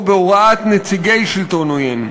או בהוראת נציגי שלטון עוין.